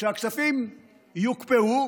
שהכספים יוקפאו,